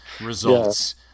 results